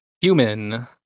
human